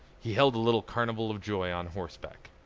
he held a little carnival of joy on horseback.